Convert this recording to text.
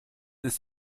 ist